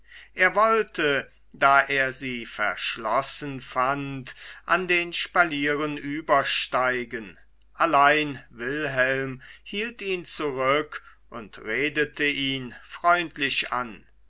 er wollte da er sie verschlossen fand an den spalieren übersteigen allein wilhelm hielt ihn zurück und redete ihn freundlich an